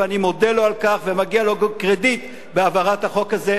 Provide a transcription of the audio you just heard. ואני מודה לו על כך ומגיע לו קרדיט בהעברת החוק הזה.